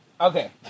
Okay